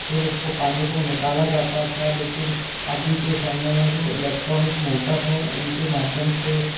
फिर उसको पानी को निकाला जाता था लेकिन अभी के समय में जो इलेक्ट्रॉनिक मोटर है उनके माध्यम से